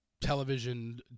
television